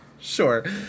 Sure